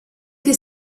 que